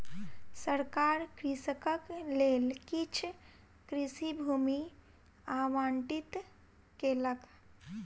सरकार कृषकक लेल किछ कृषि भूमि आवंटित केलक